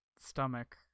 stomach